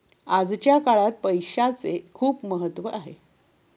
आजच्या काळात पैसाचे खूप महत्त्व आहे